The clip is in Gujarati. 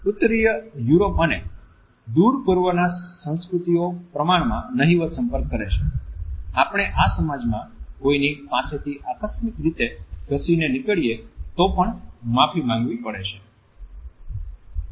ઉત્તરીય યુરોપ અને દૂર પૂર્વના સંસ્કૃતિઓ પ્રમાણમાં નહીવત સંપર્ક કરે છે આપણે આ સમાજમાં કોઈની પાસેથી આકસ્મિક રીતે ઘસી ને નીકળીએ તો પણ માફી માંગવી પડી શકે છે